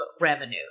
revenue